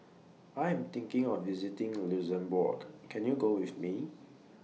I Am thinking of visiting Luxembourg Can YOU Go with Me